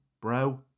bro